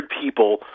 people